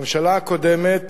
הממשלה הקודמת